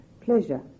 pleasure